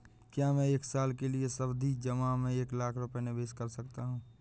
क्या मैं एक साल के लिए सावधि जमा में एक लाख रुपये निवेश कर सकता हूँ?